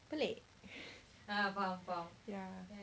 pelik ya